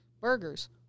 burgers